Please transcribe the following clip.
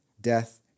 death